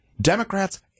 Democrats